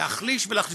להחליש ולהחליש,